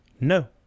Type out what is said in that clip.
No